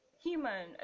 human